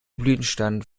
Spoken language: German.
blütenstand